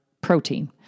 protein